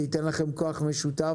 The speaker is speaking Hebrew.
זה ייתן לכם כוח משותף